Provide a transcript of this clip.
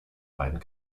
beiden